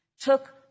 took